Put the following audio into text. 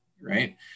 right